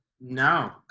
No